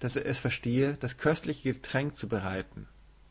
daß er es verstehe das köstliche getränk zu bereiten